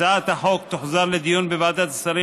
הצעת החוק תוחזר לדיון בוועדת השרים